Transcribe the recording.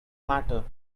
matter